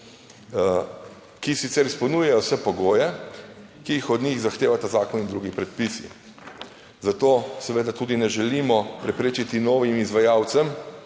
ki sicer izpolnjujejo vse pogoje, ki jih od njih zahtevata zakon in drugi predpisi, zato seveda tudi ne želimo preprečiti novim izvajalcem,